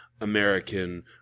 american